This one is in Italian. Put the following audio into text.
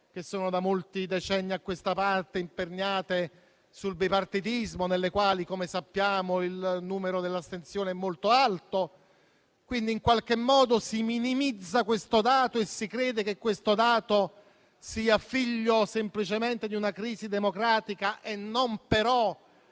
che sono, da molti decenni a questa parte, imperniate sul bipartitismo e nelle quali - come sappiamo - l'astensione è molto alta? Quindi, in qualche modo si minimizza questo dato e si crede che sia figlio semplicemente di una crisi democratica e non